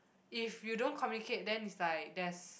if you don't communicate then it's like there's